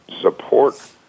support